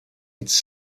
its